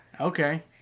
Okay